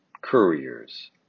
couriers